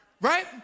right